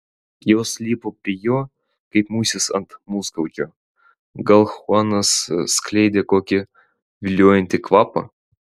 jos lipo prie jo kaip musės ant musgaudžio gal chuanas skleidė kokį viliojantį kvapą